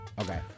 Okay